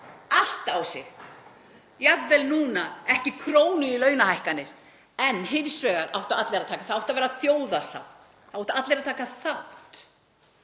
allt á sig, jafnvel núna ekki krónu í launahækkanir, en hins vegar áttu allir að taka þátt, það átti að vera þjóðarsátt, það áttu allir að taka þátt.